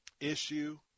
issue